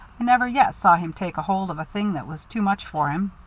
i never yet saw him take hold of a thing that was too much for him.